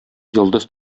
йолдыз